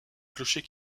clocher